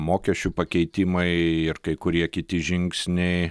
mokesčių pakeitimai ir kai kurie kiti žingsniai